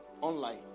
online